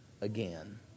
again